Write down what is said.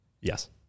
yes